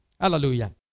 Hallelujah